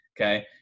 okay